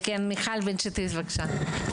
מיכל בן שטרית, בבקשה.